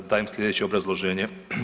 Dajem slijedeće obrazloženje.